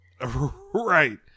Right